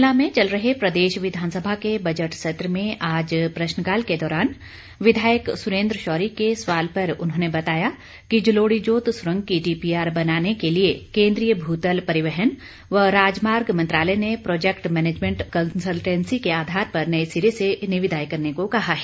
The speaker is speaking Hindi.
शिमला में चल रहे प्रदेश विधानसभा के बजट सत्र में आज प्रश्नकाल के दौरान विधायक सुरेंद्र शौरी के सवाल पर उन्होंने बताया कि जलोड़ी जोत सुरंग की डीपीआर बनाने के लिए केंद्रीय भूतल परिवहन व राजमार्ग मंत्रालय ने प्रोजेक्ट मैनेजमेंट कंसलटेंसी के आधार पर नए सिरे से निविदाएं करने को कहा है